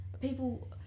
People